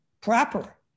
proper